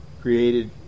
created